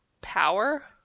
power